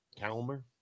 calmer